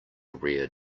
rare